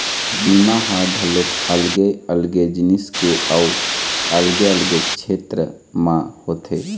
बीमा ह घलोक अलगे अलगे जिनिस के अउ अलगे अलगे छेत्र म होथे